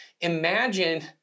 Imagine